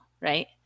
Right